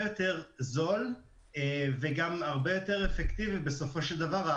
יותר זול וגם הרבה יותר אפקטיבי בסופו של דבר.